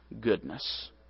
goodness